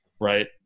right